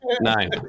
Nine